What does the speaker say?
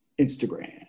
instagram